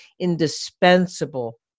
indispensable